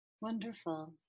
Wonderful